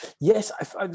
Yes